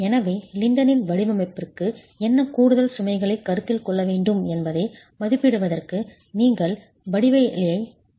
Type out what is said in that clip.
எனவே லிண்டலின் வடிவமைப்பிற்கு என்ன கூடுதல் சுமைகளைக் கருத்தில் கொள்ள வேண்டும் என்பதை மதிப்பிடுவதற்கு நீங்கள் வடிவவியலைச் சரிபார்க்க வேண்டும்